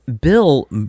Bill